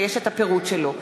ויש הפירוט שלו.